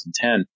2010